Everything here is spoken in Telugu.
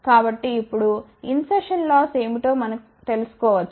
కాబట్టి ఇప్పుడు ఇన్ సెర్షన్ లాస్ ఏమిటో మనం తెలుసుకో వచ్చు